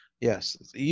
yes